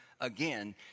again